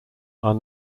are